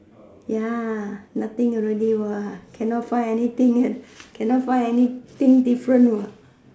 ya nothing already what cannot find anything and cannot find anything different what